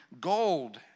gold